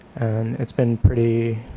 and it's been pretty,